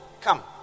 Come